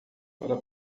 para